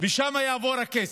לשם יעבור הכסף.